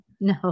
no